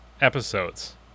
episodes